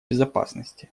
безопасности